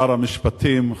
שר המשפטים,